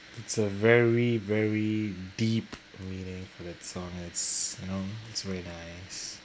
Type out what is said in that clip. it's a very very deep meaning for that song it's you know it's very nice